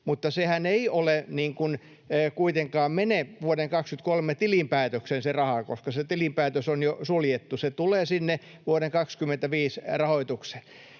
mutta se rahahan ei kuitenkaan mene vuoden 23 tilinpäätöksen, koska se tilinpäätös on jo suljettu. Se tulee sinne vuoden 25 rahoitukseen.